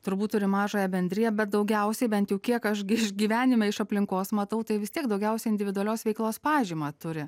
turbūt turi mažąją bendriją bet daugiausiai bent jau kiek aš gi gyvenime iš aplinkos matau tai vis tiek daugiausiai individualios veiklos pažymą turi